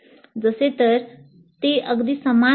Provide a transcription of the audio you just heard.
जसेतर ते अगदी समान आहेत